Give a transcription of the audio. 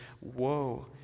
woe